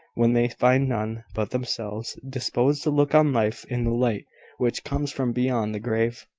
when they find none but themselves disposed to look on life in the light which comes from beyond the grave.